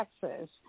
Texas